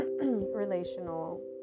relational